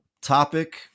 Topic